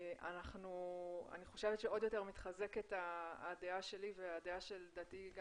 אני חושבת שעוד יותר מתחזקת הדעה שלי והדעה לדעתי גם